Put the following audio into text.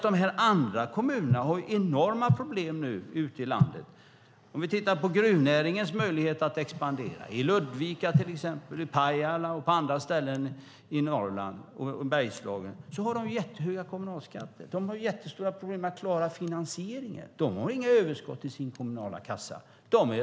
De andra kommunerna har däremot nu enorma problem ute i landet. Vi kan titta på gruvnäringens möjlighet att expandera. I till exempel Ludvika, Pajala och andra ställen i Norrland och i Bergslagen har de jättehöga kommunalskatter. De har jättestora problem att klara finansieringen. De har inga överskott i sin kommunala kassa.